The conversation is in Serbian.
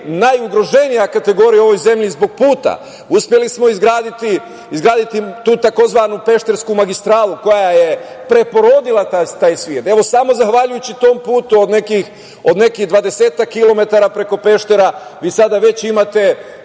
najugroženija kategorija u ovoj zemlji, zbog puta. Uspeli smo izgraditi tu takozvanu Peštarsku magistralu, koja je preporodila taj svet. Samo zahvaljujući tom putu, od nekih dvadesetak kilometara preko Peštera, vi sada već imate